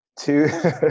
Two